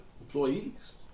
employees